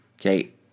Okay